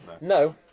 No